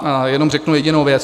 A jenom řeknu jedinou věc.